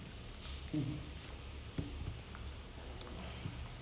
it like I so you watch you entire movie lah